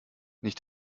nicht